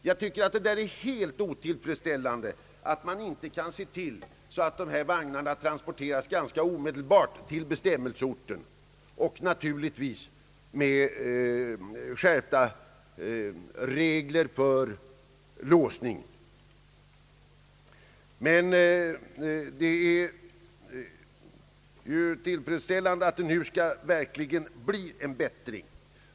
Jag tycker att det är helt otillfredsställande att man inte kan se till att dessa vagnar transporteras omedelbart till bestämmelseorten, och naturligtvis med skärpta regler för låsning. Men det är ju tillfredsställande att det nu skall bli en bättring.